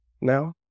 now